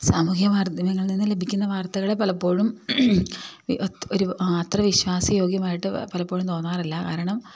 സാമൂഹിക മാധ്യമങ്ങളിൽ നിന്ന് ലഭിക്കുന്ന വാർത്തകളെ പലപ്പോഴും ഒരു അത്ര വിശ്വാസ്യ യോഗ്യമായിട്ട് പലപ്പോഴും തോന്നാറില്ല കാരണം